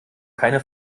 keine